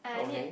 okay